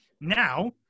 now